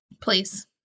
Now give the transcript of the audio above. please